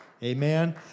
Amen